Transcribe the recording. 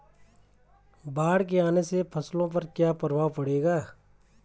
बाढ़ के आने से फसलों पर क्या प्रभाव पड़ेगा?